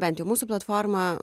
bent jau mūsų platforma